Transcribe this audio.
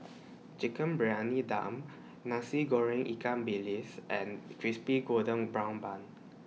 Chicken Briyani Dum Nasi Goreng Ikan Bilis and Crispy Golden Brown Bun